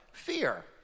fear